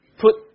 put